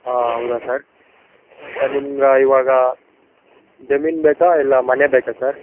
ಹಾಂ ಹೌದ sir sir ನಿಮ್ಗೆ ಇವಾಗ ಜಮೀನು ಬೇಕಾ ಇಲ್ಲ ಮನೆ ಬೇಕಾ ಸರ್